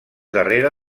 darrere